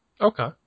Okay